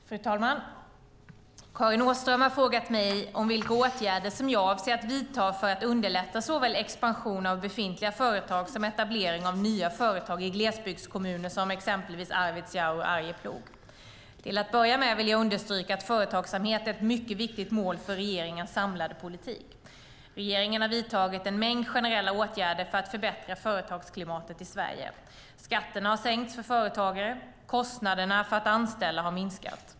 Fru talman! Karin Åström har frågat mig vilka åtgärder som jag avser att vidta för att underlätta såväl expansion av befintliga företag som etablering av nya företag i glesbygdskommuner, exempelvis Arvidsjaur och Arjeplog. Till att börja med vill jag understryka att företagsamhet är ett mycket viktigt mål för regeringens samlade politik. Regeringen har vidtagit en mängd generella åtgärder för att förbättra företagsklimatet i Sverige. Skatterna har sänkts för företagare, och kostnaderna för att anställa har minskat.